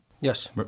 Yes